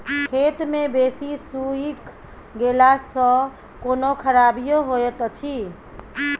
खेत मे बेसी सुइख गेला सॅ कोनो खराबीयो होयत अछि?